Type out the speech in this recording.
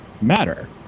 matter